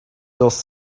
does